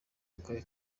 ake